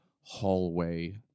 hallway